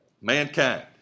Mankind